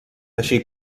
així